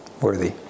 worthy